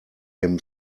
him